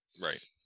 Right